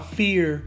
fear